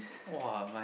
!wah! my